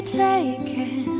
taken